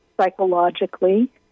Psychologically